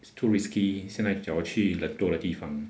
it's too risky 现在只要去人多的地方